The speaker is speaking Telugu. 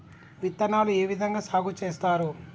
విత్తనాలు ఏ విధంగా సాగు చేస్తారు?